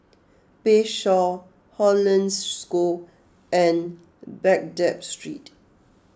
Bayshore Hollandse School and Baghdad Street